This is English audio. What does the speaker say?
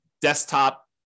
desktop